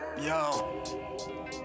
Yo